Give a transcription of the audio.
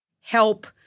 help